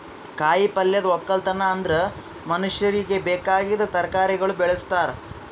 ಕಾಯಿ ಪಲ್ಯದ್ ಒಕ್ಕಲತನ ಅಂದುರ್ ಮನುಷ್ಯರಿಗಿ ಬೇಕಾಗಿದ್ ತರಕಾರಿಗೊಳ್ ಬೆಳುಸ್ತಾರ್